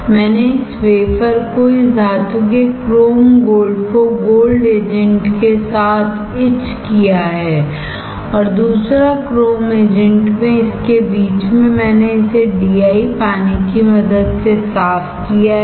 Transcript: मैंने इस वेफर को इस धातु के क्रोम गोल्ड को गोल्ड एजेंट के साथ इच किया है और दूसरा क्रोम एजेंट में इसके बीच में मैंने इसे डीआई पानी की मदद से साफ किया है